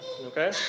Okay